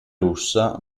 russa